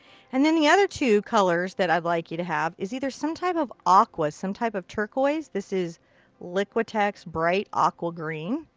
and then the other two colors that i'd like you to have is either some type of aqua. some type of turquoise. this is liquitex bright aqua green.